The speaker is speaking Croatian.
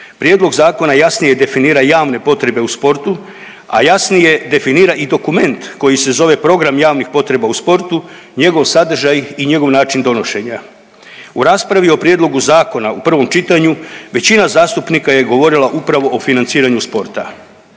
Prijedlog zakona jasnije definira javne potrebe u sportu, a jasnije definira i dokument koji se zove Program javnih potreba u sportu, njegov sadržaj i njegov način donošenja. U raspravi o prijedlogu zakona u prvom čitanju većina zastupnika je govorila upravo o financiranju sporta.